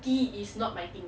tea is not my thing